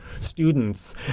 students